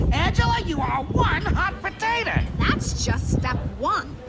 angela, you are one hot potato. that's just step one.